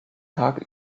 tag